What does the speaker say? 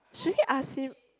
should we ask him